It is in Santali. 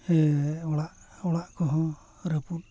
ᱚᱲᱟᱜ ᱚᱲᱟᱜ ᱠᱚᱦᱚᱸ ᱨᱟᱹᱯᱩᱫ